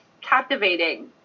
captivating